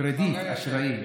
קרדיט, אשראי.